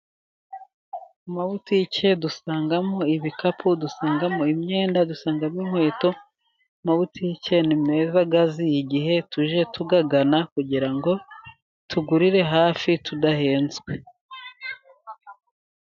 Mu mabutike dusangamo ibikapu, dusangamo imyenda, dusangamo inkweto, amabutike ni meza yaziye igihe, tujye tuyagana kugira ngo tugurire hafi tudahenzwe.